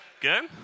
Good